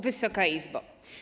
Wysoka Izbo!